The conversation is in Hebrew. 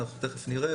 אנחנו תיכף נראה,